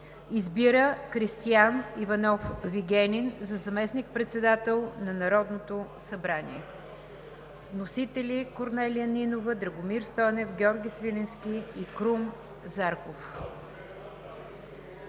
Избира Кристиан Иванов Вигенин за заместник-председател на Народното събрание.“ Вносители са Корнелия Нинова, Драгомир Стойнев, Георги Свиленски и Крум Зарков.